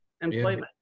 employment